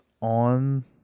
on